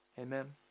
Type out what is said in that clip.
Amen